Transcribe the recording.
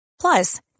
Plus